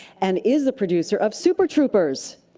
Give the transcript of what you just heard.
and is a producer of super troopers!